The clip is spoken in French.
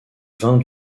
vins